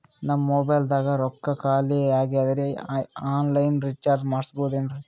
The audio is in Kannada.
ನನ್ನ ಮೊಬೈಲದಾಗ ರೊಕ್ಕ ಖಾಲಿ ಆಗ್ಯದ್ರಿ ಆನ್ ಲೈನ್ ರೀಚಾರ್ಜ್ ಮಾಡಸ್ಬೋದ್ರಿ?